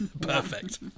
Perfect